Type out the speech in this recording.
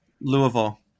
Louisville